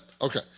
okay